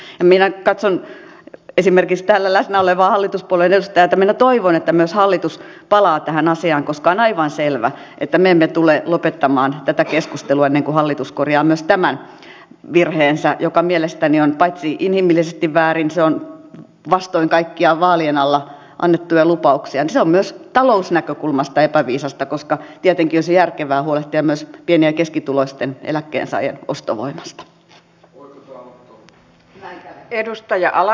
ja minä katson esimerkiksi täällä läsnä olevaa hallituspuolueen edustajaa ja minä toivon että myös hallitus palaa tähän asiaan koska on aivan selvä että me emme tule lopettamaan tätä keskustelua ennen kuin hallitus korjaa myös tämän virheensä joka mielestäni on paitsi inhimillisesti väärin se on vastoin kaikkia vaalien alla annettuja lupauksia myös talousnäkökulmasta epäviisasta koska tietenkin olisi järkevää huolehtia myös pieni ja keskituloisten eläkkeensaajien ostovoimasta